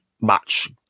match